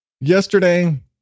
yesterday